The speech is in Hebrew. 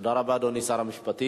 תודה רבה, אדוני שר המשפטים.